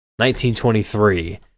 1923